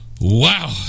Wow